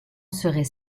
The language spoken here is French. serait